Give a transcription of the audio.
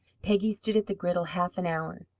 peggy stood at the griddle half an hour,